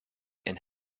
and